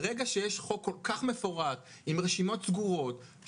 ברגע שיש חוק כל כך מפורט עם רשימות סגורות,